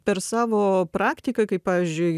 per savo praktiką kai pavyzdžiui